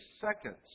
seconds